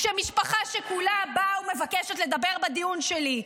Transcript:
כשמשפחה שכולה באה ומבקשת לדבר בדיון שלי.